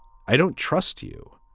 i don't trust you.